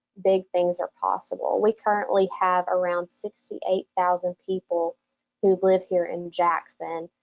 big things are possible. we currently have around sixty eight thousand people who live here in jackson,